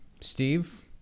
Steve